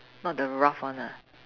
not the rough one ah